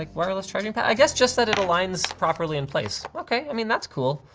like wireless charging pad? i guess just that it aligns properly in place. okay, i mean, that's cool.